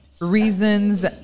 Reasons